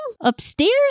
upstairs